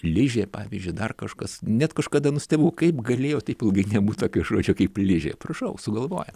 ližė pavyzdžiui dar kažkas net kažkada nustebau kaip galėjo taip ilgai nebūt tokio žodžio kaip ližė prašau sugalvojo